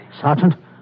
Sergeant